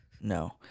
No